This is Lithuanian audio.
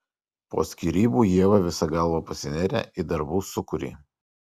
po skyrybų ieva visa galva pasinėrė į darbų sūkurį